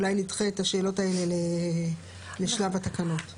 אולי נדחה את השאלות האלה לשלב התקנות.